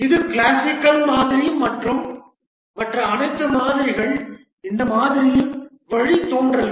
இது கிளாசிக்கல் மாதிரி மற்றும் மற்ற அனைத்து மாதிரிகள் இந்த மாதிரியின் வழித்தோன்றல்கள்